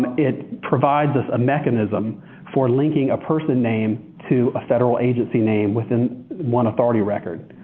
it provides us a mechanism for linking a person name to a federal agency name within one authority record,